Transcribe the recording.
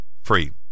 free